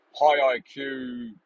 high-IQ